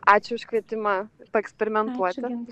ačiū už kvietimą paeksperimentuoti